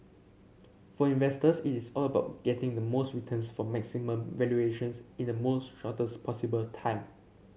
for investors it is all about getting the most returns from maximum valuations in the most shortest possible time